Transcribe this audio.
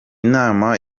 nama